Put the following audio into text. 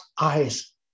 eyes